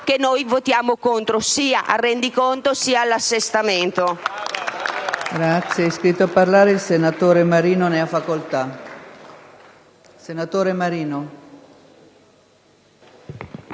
noi voteremo contro sia al rendiconto che all'assestamento